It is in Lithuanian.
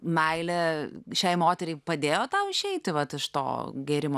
meilė šiai moteriai padėjo tau išeiti vat iš to gėrimo